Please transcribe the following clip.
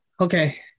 okay